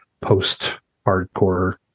post-hardcore